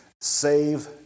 save